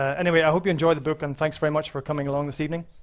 anyway, i hope you enjoyed the book, and thanks very much for coming along this evening.